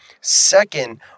Second